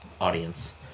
audience